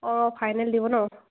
অঁ ফাইনেল দিব ন